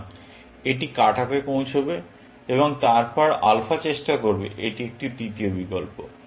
সুতরাং এটি cut off এ পৌঁছবে এবং তারপর আলফা চেষ্টা করবে এটি একটি তৃতীয় বিকল্প